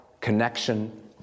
connection